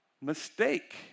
mistake